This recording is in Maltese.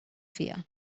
fiha